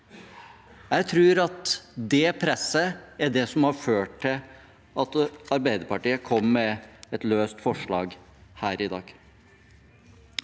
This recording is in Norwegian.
Jeg tror at det presset var det som førte til at Arbeiderpartiet kom med et løst forslag her i dag.